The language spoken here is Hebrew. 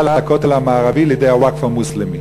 על הכותל המערבי לידי הווקף המוסלמי?